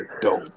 dope